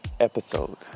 episode